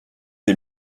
des